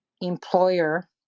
employer